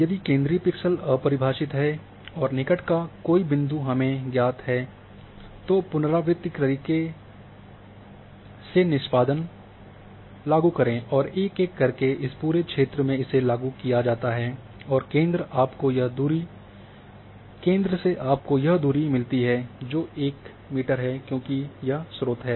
यदि केंद्रीय पिक्सेल अपरिभाषित है और निकट का कोई बिंदु हमें ज्ञात है तो पुनरवृत्तीय तरीक़े निस्पादक लागू करें और एक एक करके इस पूरे क्षेत्र में इसे लागू किया जाता है और केंद्र आपको यह दूरी मिलती है जो एक मीटर है क्योंकि यह स्रोत है